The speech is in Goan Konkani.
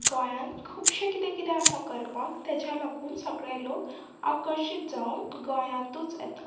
गोंयान खुबशें कितें कितें आसा करपाक तेज्या लागून सगळे लोक आकर्शीत जावन गोंयांतूच येता